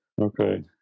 okay